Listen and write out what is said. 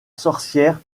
sorcière